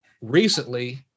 recently